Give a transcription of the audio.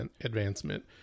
advancement